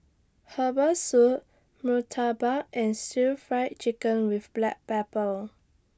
Herbal Soup Murtabak and Stir Fry Chicken with Black Pepper